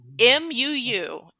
M-U-U